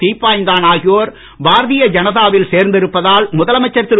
தீப்பாய்ந்தான் ஆகியோர் பாரதிய ஜனதாவில் சேர்ந்திருப்பதால் முதலமைச்சர் திரு